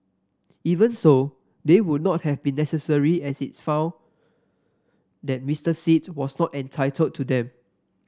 even so they would not have been necessary as it found that Mister Sit was not entitled to them